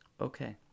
Okay